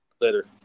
Later